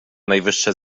najwyższe